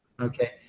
Okay